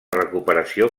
recuperació